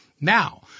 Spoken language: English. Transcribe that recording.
Now